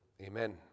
Amen